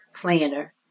Planner